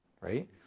Right